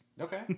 Okay